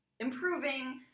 improving